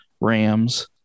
Rams